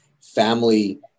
family